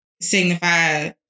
signify